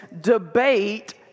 debate